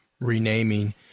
renaming